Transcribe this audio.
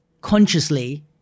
consciously